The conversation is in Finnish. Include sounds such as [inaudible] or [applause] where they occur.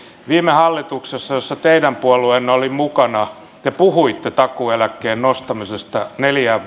viime hallituksessa jossa teidän puolueenne oli mukana te puhuitte takuueläkkeen nostamisesta neljään [unintelligible]